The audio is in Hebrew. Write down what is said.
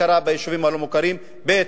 הכרה ביישובים הלא-מוכרים, ב.